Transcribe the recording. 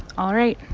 all right.